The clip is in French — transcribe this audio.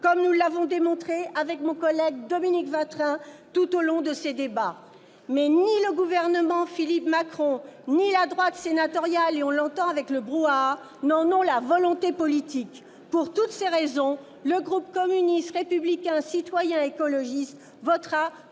comme nous l'avons démontré avec mon collègue Dominique Watrin tout au long de ces débats. Toutefois, ni le gouvernement Philippe-Macron ni la droite sénatoriale- on l'entend avec le brouhaha qui règne dans l'hémicycle -n'en ont la volonté politique. Pour toutes ces raisons, le groupe communiste républicain citoyen et écologiste votera